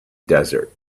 desert